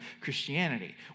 Christianity